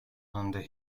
under